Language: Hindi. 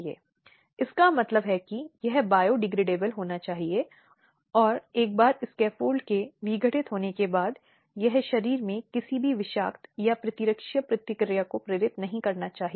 इसलिए इसके उदाहरण कार्य के रूप में दिए जा सकते हैं जैसे कि पिटाई लात मारना महिलाओं को धक्का देना आदि